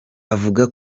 avuga